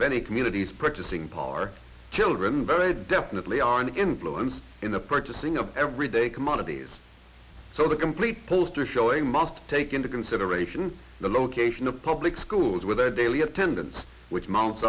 of any communities purchasing power children very definitely are influence in the purchasing of everyday commodities so the complete poster showing must take into consideration the location of public schools with their daily attendance which mount